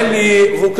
אין לי vocabulary,